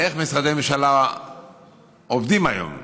איך משרדי ממשלה עובדים היום.